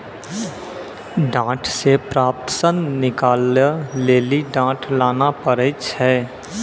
डांट से प्राप्त सन निकालै लेली डांट लाना पड़ै छै